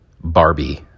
Barbie